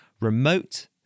remote